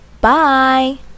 Bye